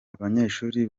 abanyeshuri